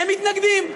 הם מתנגדים.